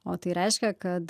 o tai reiškia kad